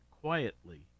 quietly